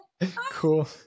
cool